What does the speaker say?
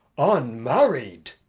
unmarried!